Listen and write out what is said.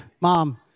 Mom